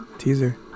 teaser